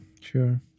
Sure